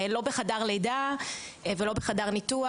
לא בחדר לידה ולא בחדר ניתוח,